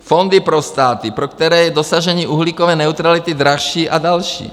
Fondy pro státy, pro které je dosažení uhlíkové neutrality dražší, a další.